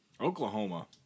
Oklahoma